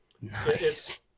Nice